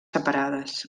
separades